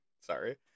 Sorry